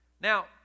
Now